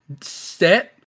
set